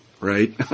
right